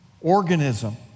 organism